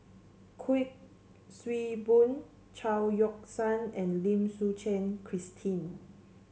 Kuik Swee Boon Chao Yoke San and Lim Suchen Christine